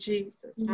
Jesus